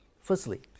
Firstly